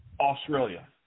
Australia